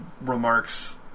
remarks